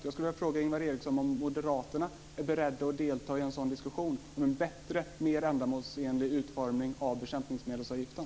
Jag skulle vilja fråga Ingvar Eriksson om moderaterna är beredda att delta i en diskussion om en bättre och mer ändamålsenlig utformning av bekämpningsmedelsavgiften.